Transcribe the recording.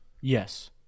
Yes